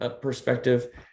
perspective